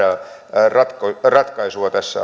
ratkaisua tässä